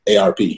ARP